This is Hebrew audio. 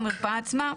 במרפאה עצמה,